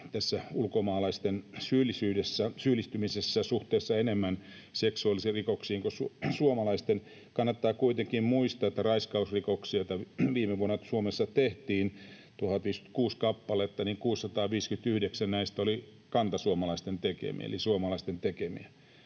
ulkomaalaisten syyllistymisessä seksuaalirikoksiin suhteessa enemmän kuin suomalaisten. Kannattaa kuitenkin muistaa, että raiskausrikoksista, joita viime vuonna Suomessa tehtiin 1 056 kappaletta, 659 oli kantasuomalaisten tekemiä